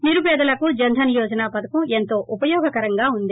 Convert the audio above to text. నిరుపేదలకు జన్ ధన్ యోజనా పధకం ఎంతో ఉపయోగకరంగా ఉంది